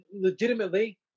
legitimately